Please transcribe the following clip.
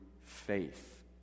faith